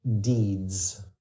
deeds